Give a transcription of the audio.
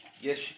Yes